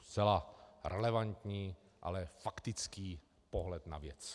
Zcela relevantní, ale faktický pohled na věc.